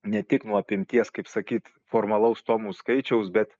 ne tik nuo apimties kaip sakyt formalaus tomų skaičiaus bet